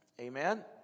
Amen